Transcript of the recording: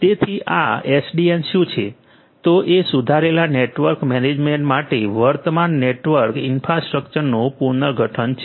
તેથી આ એસડીએન શું છે તો એ સુધારેલા નેટવર્ક મેનેજમેન્ટ માટે વર્તમાન નેટવર્ક ઇન્ફ્રાસ્ટ્રક્ચરનું પુનર્ગઠન છે